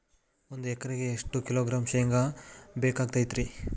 ಒಂದು ಎಕರೆಗೆ ಎಷ್ಟು ಕಿಲೋಗ್ರಾಂ ಶೇಂಗಾ ಬೇಕಾಗತೈತ್ರಿ?